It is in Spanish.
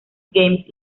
games